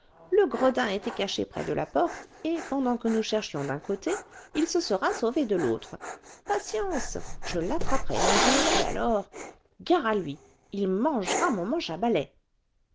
le gredin était caché près de la porte et pendant que nous cherchions d'un côté il se sera sauvé de l'autre patience je l'attraperai un jour et alors gare à lui il mangera mon manche à balai